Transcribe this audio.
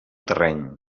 terreny